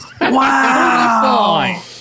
Wow